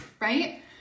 right